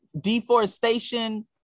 deforestation